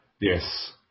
Yes